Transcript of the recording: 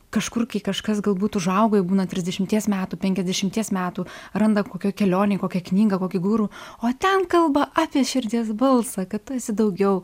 kažkur kai kažkas galbūt užaugo jau būna trisdešimties metų penkiasdešimties metų randa kokioj kelionėj kokią knygą kokį guru o ten kalba apie širdies balsą kad tu esi daugiau